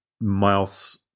mouse